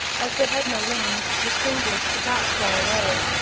as they had no wings the strangers could not fly away,